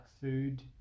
food